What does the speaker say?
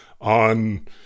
on